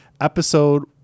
episode